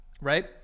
Right